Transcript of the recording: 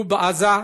הוא בעזה,